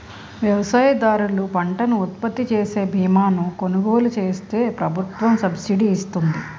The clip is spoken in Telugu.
వ్యవసాయదారులు పంటను ఉత్పత్తిచేసే బీమాను కొలుగోలు చేస్తే ప్రభుత్వం సబ్సిడీ ఇస్తుంది